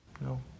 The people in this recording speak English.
no